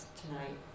tonight